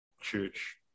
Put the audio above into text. church